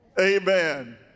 Amen